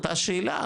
אותה שאלה,